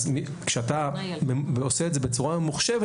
אז כשאתה עושה את זה בצורה ממוחשבת,